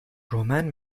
romen